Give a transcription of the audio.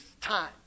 time